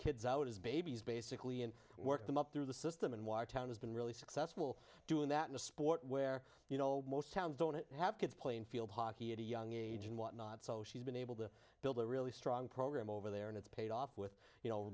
kids out as babies basically and work them up through the system and watertown has been really successful doing that in a sport where you know most towns don't have kids playing field hockey at a young age and whatnot so she's been able to build a really strong program over there and it's paid off with you know